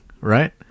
Right